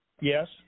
Yes